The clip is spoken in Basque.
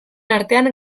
artean